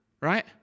Right